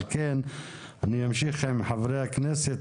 על כן אני אמשיך עם חברי הכנסת,